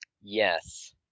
Yes